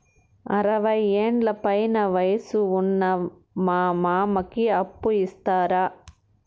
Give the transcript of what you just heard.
అరవయ్యేండ్ల పైన వయసు ఉన్న మా మామకి అప్పు ఇస్తారా